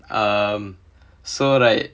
um so right